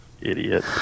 Idiot